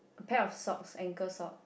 pair of socks ankle sock